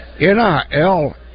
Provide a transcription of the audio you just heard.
NIL